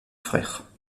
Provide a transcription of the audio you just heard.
frères